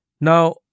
Now